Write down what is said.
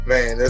Man